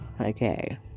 okay